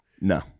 No